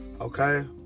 Okay